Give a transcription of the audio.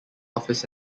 office